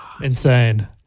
insane